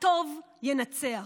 הטוב ינצח.